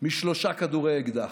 משלושה כדורי אקדח.